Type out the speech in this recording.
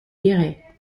guéret